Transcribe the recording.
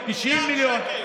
90 מיליון,